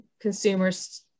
consumers